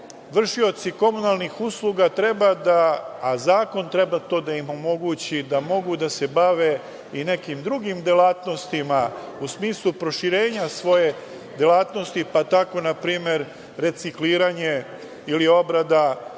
vršioci komunalnih usluga treba da, a zakon treba to da im omogući, mogu da se bave i nekim drugim delatnostima, u smislu proširenja svoje delatnosti, pa tako npr. recikliranje ili obrada